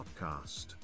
Podcast